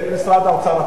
את משרד האוצר,